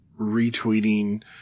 retweeting